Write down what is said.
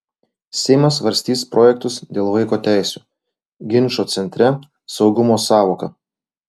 seimas svarstys projektus dėl vaiko teisių ginčo centre saugumo sąvoka